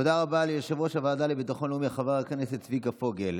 תודה רבה ליושב-ראש הוועדה לביטחון לאומי חבר הכנסת צביקה פוגל.